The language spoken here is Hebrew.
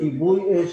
לכיבוי אש,